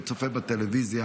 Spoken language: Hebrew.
וצופה בטלוויזיה